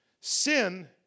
Sin